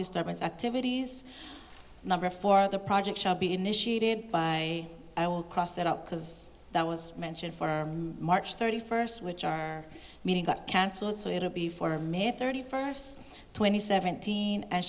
disturbance activities number for the project shall be initiated by i will cross that up because that was mentioned for march thirty first which our meeting got canceled so it will be for may thirty first twenty seventeen and